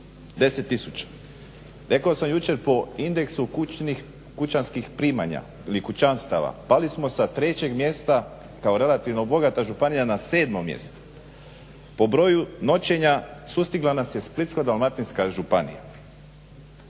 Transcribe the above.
tisuća. Rekao sam jučer po indeksu kućanskih primanja ili kućanstava pali smo sa trećeg mjesta kao relativno bogata županija na sedmo mjesto. Po broju noćenja sustigla nas je Splitsko-dalmatinska županija.